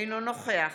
אינו נוכח